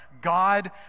God